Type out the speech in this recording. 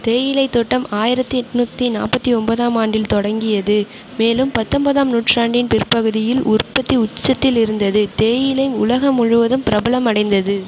தேயிலைத் தோட்டம் ஆயிரத்து எட்நூற்றி நாற்பத்தி ஒன்பதாம் ஆண்டில் தொடங்கியது மேலும் பத்தொன்பதாம் நூற்றாண்டின் பிற்பகுதியில் உற்பத்தி உச்சத்தில் இருந்தது தேயிலை உலகம் முழுவதும் பிரபலமடைந்தது